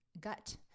gut